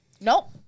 nope